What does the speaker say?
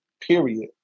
period